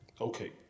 Okay